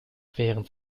während